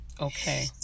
Okay